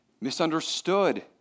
misunderstood